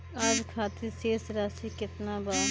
आज खातिर शेष राशि केतना बा?